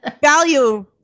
value